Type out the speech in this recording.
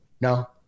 no